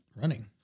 running